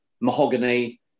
mahogany